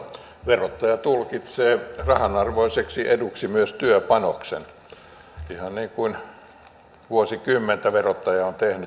verottaja tulkitsee rahanarvoiseksi eduksi myös työpanoksen ihan niin kuin vuosikymmeniä verottaja on tehnyt